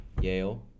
Yale